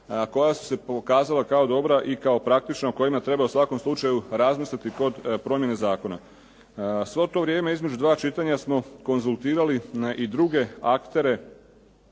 koja su se pokazala kao dobra i kao praktična o kojima treba u svakom slučaju razmisliti kod promjene zakona. Svo to vrijeme između dva čitanja smo konzultirali na i druge aktere